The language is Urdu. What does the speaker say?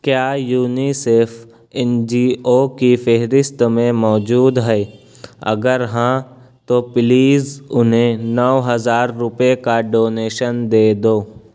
کیا یونیسیف این جی او کی فہرست میں موجود ہے اگر ہاں تو پلیز انہیں نو ہزار روپے کا ڈونیشن دے دو